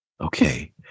Okay